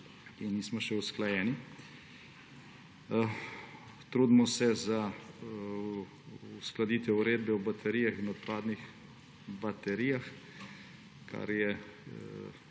in nismo še usklajeni. Trudimo se za uskladitev Uredbe o baterijah in odpadnih baterijah, kar je